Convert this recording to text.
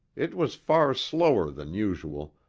it was far slower than usual,